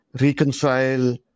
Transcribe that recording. reconcile